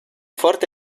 forte